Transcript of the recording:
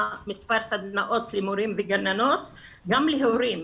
מספר סדנאות למורים וגננות וגם להורים,